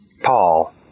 Paul